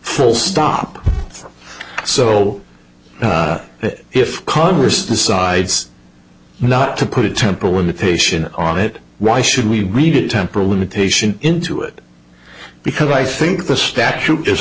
full stop so that if congress decides not to put a temple imitation on it why should we read it temporal limitation into it because i think the statute is